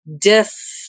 Diff